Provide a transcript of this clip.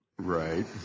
Right